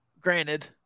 granted